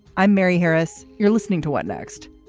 i'm mary harris. you're listening to what next.